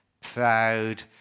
proud